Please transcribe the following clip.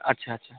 আচ্ছা আচ্ছা